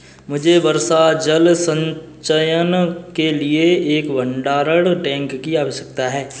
मुझे वर्षा जल संचयन के लिए एक भंडारण टैंक की आवश्यकता है